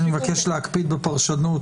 אני מבקש להקפיד בפרשנות.